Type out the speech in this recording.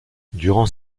durant